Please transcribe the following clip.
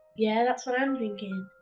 yeah, that's i'm thinking.